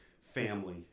family